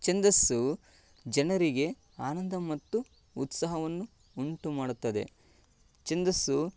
ಛಂದಸ್ಸು ಜನರಿಗೆ ಆನಂದ ಮತ್ತು ಉತ್ಸಾಹವನ್ನು ಉಂಟು ಮಾಡುತ್ತದೆ ಛಂದಸ್ಸು